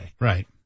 Right